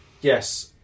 Yes